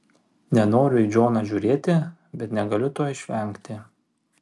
nenoriu į džoną žiūrėti bet negaliu to išvengti